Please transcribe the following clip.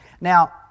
Now